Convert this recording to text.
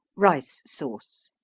rice sauce.